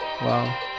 Wow